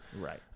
right